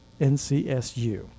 NCSU